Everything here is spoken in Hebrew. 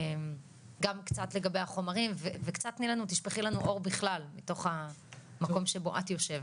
גם קצת לגבי החומרים וקצת תשפכי לנו אור בכלל מתוך המקום שבו את יושבת.